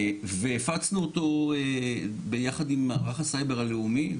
והפצנו אותו ביחד עם מערך הסייבר הלאומי.